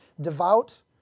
Devout